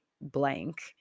blank